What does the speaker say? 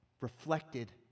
reflected